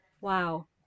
wow